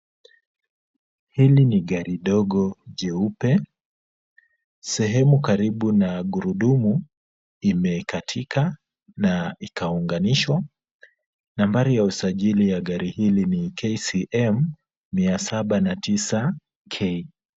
Hili ni gari dogo jeupe, sehemu karibu na gurudumu imekatika na ikaunganishwa. Nambari ya usajili ya gari hili ni KCM 709K.